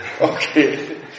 Okay